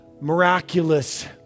miraculous